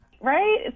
right